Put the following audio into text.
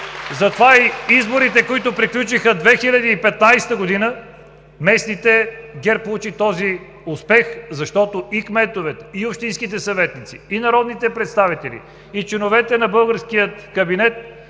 местните изборите, които приключиха през 2015 г., ГЕРБ получи този успех, защото и кметовете, и общинските съветници, и народните представители, и членовете на българския кабинет,